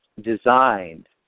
designed